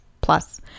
plus